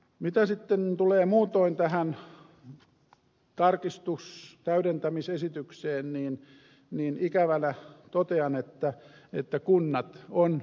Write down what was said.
mitä sitten tulee muutoin tähän tarkistus täydentämisesitykseen niin ikävänä asiana totean että kunnat on unohdettu